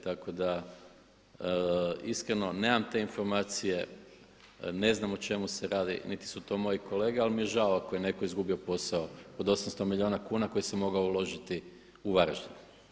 Tako da, iskreno nemam te informacije, ne znam o čemu se radi, niti su to moji kolege ali mi je žao ako je netko izgubio posao od 800 milijuna kuna koji se mogao uložiti u Varaždinu.